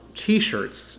t-shirts